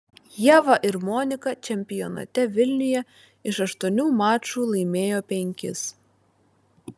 ieva ir monika čempionate vilniuje iš aštuonių mačų laimėjo penkis